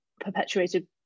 perpetuated